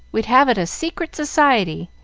we'd have it a secret society,